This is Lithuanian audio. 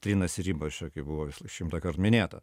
trinasi ribos čia kai buvo šimtąkart minėta